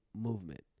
movement